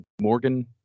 Morgan